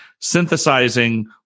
synthesizing